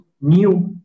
new